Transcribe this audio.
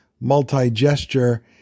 multi-gesture